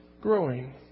growing